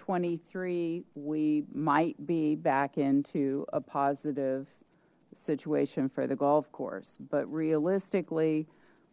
twenty three we might be back into a positive situation for the golf course but realistically